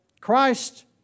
Christ